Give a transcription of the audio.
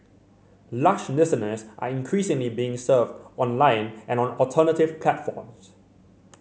lush listeners are increasingly being served online and on alternative platforms